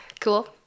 Cool